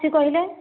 ଆସିଛି କହିଲେ